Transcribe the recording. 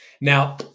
Now